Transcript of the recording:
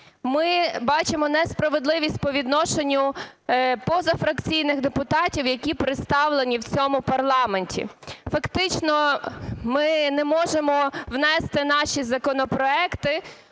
Ми бачимо несправедливість по відношенню до позафракційних депутатів, які представлені в цьому парламенті. Фактично ми не можемо внести наші законопроекти